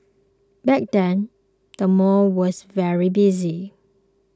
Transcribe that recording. back then the mall was very busy